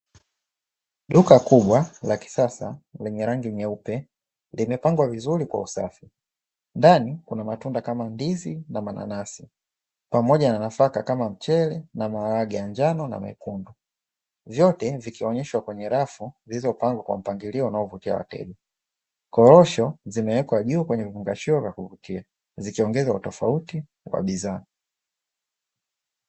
Duka kubwa la kisasa lenye rangi nyeupe, limepangwa vizuri kwa usafi, ndani kuna matunda kama ndizi na mananasi pamoja na nafaka kama mchele na maharage ya njano na mekundu, vyote vikionyeshwa kwenye rafu zilizopangwa kwa mpangilio unaovutia wageni korosho zimewekwa juu kwenye vifungashio vya kuvutia zikiongeza utofauti kwa bidhaa.